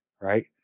right